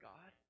God